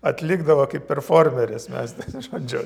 atlikdavo kaip performeris mes ten žodžiu